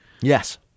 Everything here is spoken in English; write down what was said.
Yes